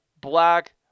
black